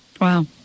Wow